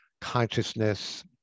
consciousness